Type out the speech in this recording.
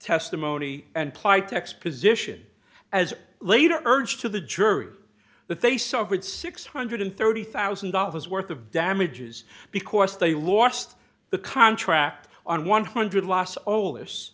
testimony and plight exposition as later urged to the jury that they suffered six hundred and thirty thousand dollars worth of damages because they lost the contract on one hundred loss all this